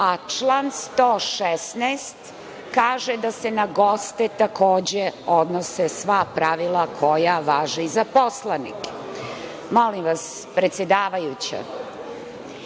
a član 116. kaže da se na goste takođe odnose sva pravila koja važe i za poslanike. Molim vas predsedavajuća,